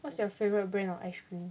what's your favourite brand of ice cream